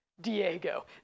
Diego